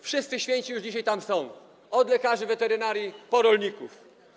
Wszyscy święci już dzisiaj tam są: od lekarzy weterynarii po rolników.